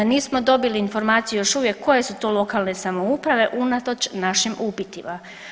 Nismo dobili informaciju još uvijek koje su to lokalne samouprave unatoč našim upitima.